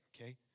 okay